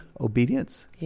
obedience